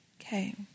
Okay